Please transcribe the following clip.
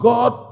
God